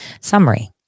summary